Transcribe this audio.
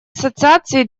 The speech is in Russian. ассоциации